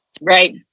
Right